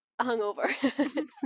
hungover